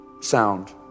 sound